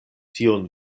tion